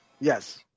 Yes